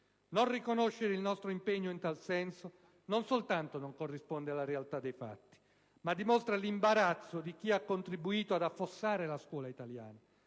Non riconoscere il nostro impegno in tal senso non soltanto non corrisponde alla realtà dei fatti, ma dimostra l'imbarazzo di chi ha contribuito ad affossare la scuola italiana